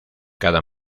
cada